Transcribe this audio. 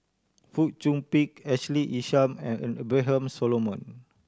Fong Chong Pik Ashley Isham and Abraham Solomon